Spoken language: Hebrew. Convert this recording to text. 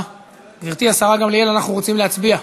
גברתי השרה גמליאל, אנחנו רוצים להצביע.